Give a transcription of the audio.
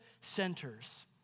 centers